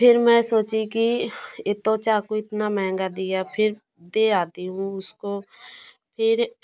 फिर मैं सोची कि ये तो चाकू को इतना महंगा दिया फिर दे आती हूँ उसको फिर